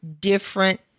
different